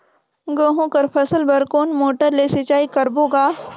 गहूं कर फसल बर कोन मोटर ले सिंचाई करबो गा?